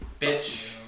bitch